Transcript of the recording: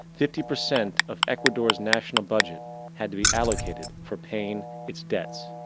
fifty percent of ecuador's national budget had to be allocated for paying its debts.